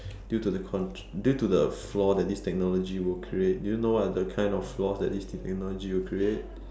due to the constraint due to the flaw that this technology will create do you know what are the kind of flaws that this technology will create